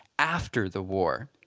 after the war.